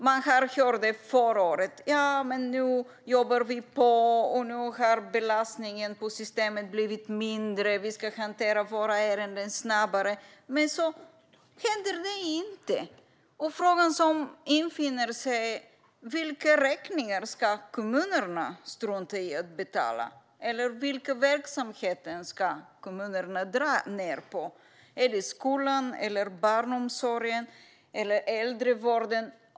Man sa förra året att man jobbade på, att belastningen på systemet blivit mindre och att man skulle jobba snabbare, men så blev det inte. Frågorna som infinner sig är: Vilka räkningar ska kommunerna strunta i att betala? Eller vilka verksamheter ska kommunerna dra ned på? Är det skolan, barnomsorgen eller äldreomsorgen?